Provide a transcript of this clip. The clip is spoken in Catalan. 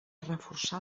reforçar